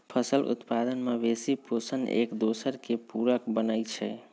फसल उत्पादन, मवेशि पोशण, एकदोसर के पुरक बनै छइ